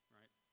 right